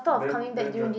Ben Ben j~